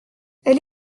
elle